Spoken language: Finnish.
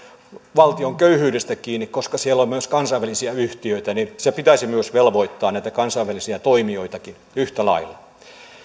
valtion köyhyydestä kiinni koska siellä on myös kansainvälisiä yhtiöitä eli pitäisi myös velvoittaa näitä kansainvälisiä toimijoitakin yhtä lailla